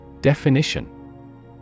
Definition